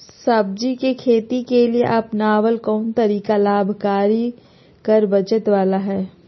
सब्जी के खेती के लिए अपनाबल कोन तरीका लाभकारी कर बचत बाला है?